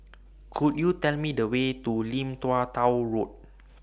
Could YOU Tell Me The Way to Lim Tua Tow Road